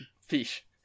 Fish